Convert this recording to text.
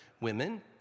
women